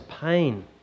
pain